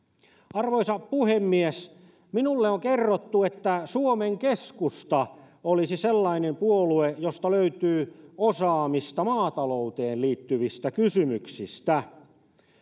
arvoisa puhemies minulle on kerrottu että suomen keskusta olisi sellainen puolue josta löytyy osaamista maatalouteen liittyvistä kysymyksistä